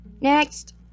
next